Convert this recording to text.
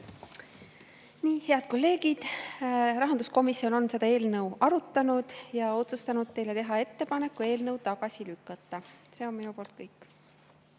kõik. Head kolleegid! Rahanduskomisjon on seda eelnõu arutanud ja otsustanud teile teha ettepaneku eelnõu tagasi lükata. See on minu poolt kõik.